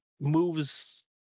moves